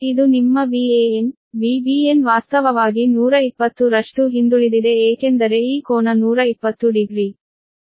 ಇದು ನಿಮ್ಮ Van ಆದ್ದರಿಂದ Vbn ವಾಸ್ತವವಾಗಿ 120 ರಷ್ಟು ಹಿಂದುಳಿದಿದೆ ಏಕೆಂದರೆ ಈ ಕೋನ 120 ಡಿಗ್ರಿ